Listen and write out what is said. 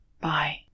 Bye